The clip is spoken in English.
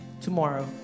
tomorrow